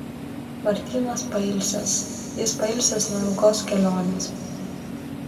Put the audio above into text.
martynas pailsęs jis pailsęs nuo ilgos kelionės